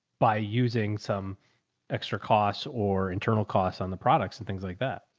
by using some extra costs or internal costs on the products and things like that.